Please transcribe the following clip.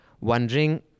wondering